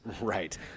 Right